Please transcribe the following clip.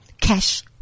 cash